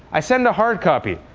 i send a hard copy.